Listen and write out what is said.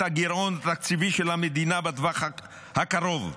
הגירעון התקציבי של המדינה בטווח הקרוב,